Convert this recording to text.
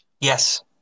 Yes